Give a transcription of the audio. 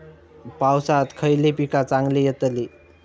पावसात खयली पीका चांगली येतली?